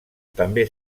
també